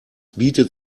bietet